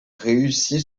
réussit